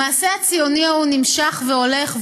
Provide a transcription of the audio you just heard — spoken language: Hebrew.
המעשה הציוני ההוא נמשך והולך,